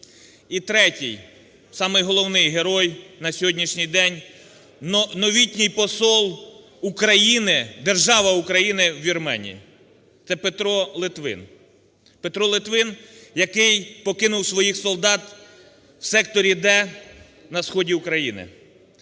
І третій, самий головний герой на сьогоднішній день – новітній посол України, держави Україна у Вірменії, це Петро Литвин. Петро Литвин, який покинув своїх солдат в секторі "Д" на сході України.